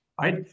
right